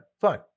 fine